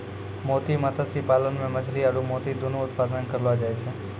मोती मत्स्य पालन मे मछली आरु मोती दुनु उत्पादन करलो जाय छै